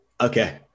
okay